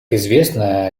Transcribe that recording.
известно